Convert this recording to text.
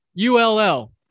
ULL